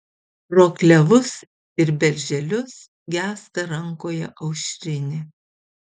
pro klevus ir berželius gęsta rankoje aušrinė